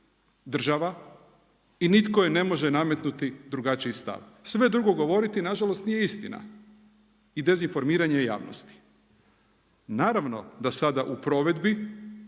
država i nitko je ne može nametnuti drugačiji stav. Sve drugo govoriti, nažalost nije istina i dezinformiranje javnosti. Naravno da sada u provedbi